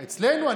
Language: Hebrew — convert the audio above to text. אצלנו.